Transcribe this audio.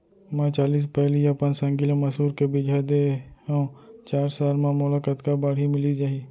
मैं चालीस पैली अपन संगी ल मसूर के बीजहा दे हव चार साल म मोला कतका बाड़ही मिलिस जाही?